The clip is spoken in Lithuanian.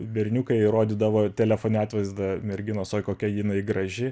berniukai rodydavo telefone atvaizdą merginos oi kokia jinai graži